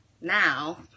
now